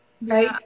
right